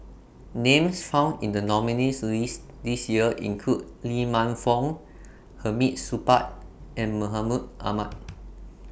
Names found in The nominees' list This Year include Lee Man Fong Hamid Supaat and Mahmud Ahmad